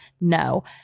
no